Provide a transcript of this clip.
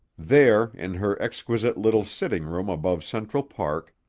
there in her exquisite, little sitting room above central park,